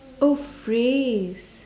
oh phrase